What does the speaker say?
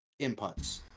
inputs